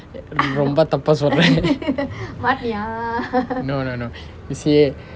ரொம்ப தப்பா சொல்:romba thappaa solra no no no you see